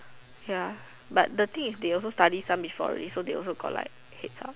ya but the thing is they also study some before already so they also got like heads up